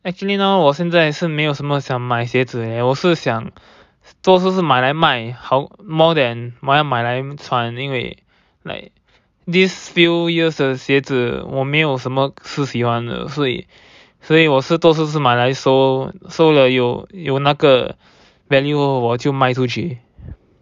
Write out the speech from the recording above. actually now 我现在是没有什么想买鞋子 leh 我是想多数是买来卖 more than 我要买来穿因为 like these few years 的鞋子我没有什么是喜欢的所以所以我是多数是买来收收了有那个 value 后我就卖出去